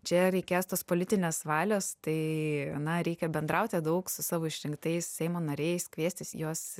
čia reikės tos politinės valios tai na reikia bendrauti daug su savo išrinktais seimo nariais kviestis juos